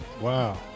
Wow